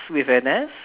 with an S